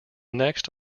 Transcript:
next